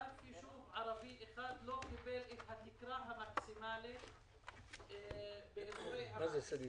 אף יישוב ערבי אחד לא קיבל את התקרה המקסימלית בהטבות המס.